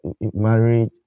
married